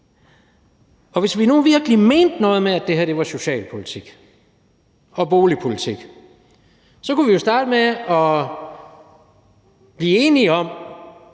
Og hvis vi nu virkelig mente noget med, at det her var socialpolitik og boligpolitik, kunne vi jo starte med at blive enige om,